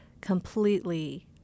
completely